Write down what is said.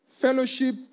fellowship